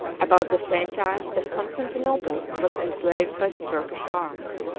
about the same time that constantinople was enslaved by the turkish arms.